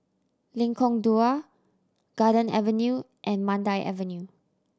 Lengkong Dua Garden Avenue and Mandai Avenue